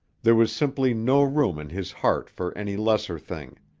there was simply no room in his heart for any lesser thing.